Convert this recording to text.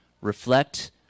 reflect